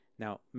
Now